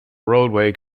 roadway